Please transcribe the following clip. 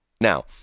Now